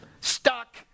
Stuck